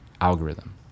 algorithm